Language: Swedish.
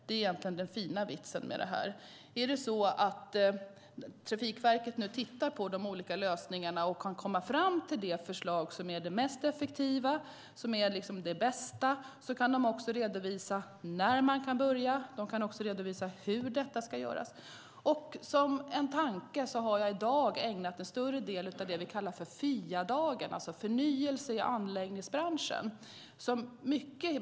Det är egentligen den fina vitsen med det. Trafikverket tittar nu på de olika lösningarna för att komma fram till det förslag som är det mest effektiva och det bästa. Det kan också redovisa när man kan börja och hur detta ska göras. Som en tanke har jag i dag ägnat större delen av tiden åt det vi kallar för FIA-dagen, det vill säga förnyelse i anläggningsbranschen.